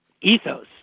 ethos